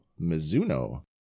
Mizuno